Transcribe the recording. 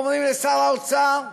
אומרים לשר האוצר: